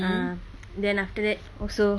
ah then after that also